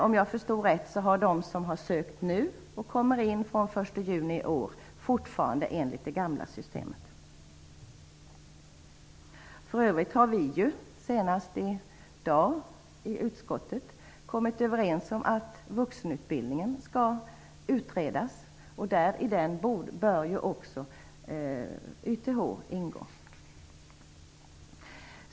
Om jag förstått det rätt gäller för dem som har sökt nu och som kommer in från den För övrigt har vi senast i dag i utskottet kommit överens om att vuxenutbildningen skall utredas. I den utredningen bör också YTH ingå.